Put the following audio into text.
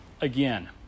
again